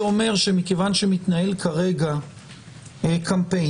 אני רק מדייק ואומר שמכיוון שמתנהל כרגע קמפיין,